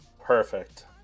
Perfect